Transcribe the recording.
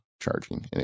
charging